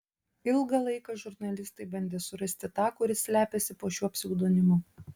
ilgą laiką žurnalistai bandė surasti tą kuris slepiasi po šiuo pseudonimu